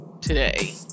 today